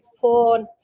porn